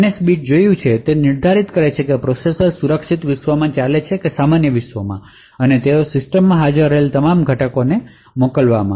bit જોયું છે જે નિર્ધારિત કરે છે કે પ્રોસેસર સુરક્ષિત વિશ્વમાં ચાલે છે કે સામાન્ય વિશ્વમાં અને તેઓએ સિસ્ટમ મા હાજર રહેલા અન્ય તમામ ઘટકોને તે મોકલ્યા છે